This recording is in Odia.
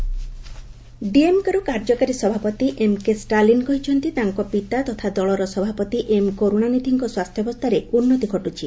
କର୍ନ୍ତୁଣାନିଧି ଡିଏମ୍କେର କାର୍ଯ୍ୟକାରୀ ସଭାପତି ଏମ୍କେ ଷ୍ଟାଲିନ୍ କହିଛନ୍ତି ତାଙ୍କ ପିତା ତଥା ଦଳର ସଭାପତି ଏମ୍ କରୁଣାନିଧିଙ୍କ ସ୍ୱାସ୍ଥ୍ୟାବସ୍ଥାରେ ଉନ୍ନତି ଘଟୁଛି